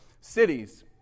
cities